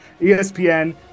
ESPN